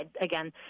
again